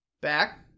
back